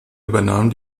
übernahm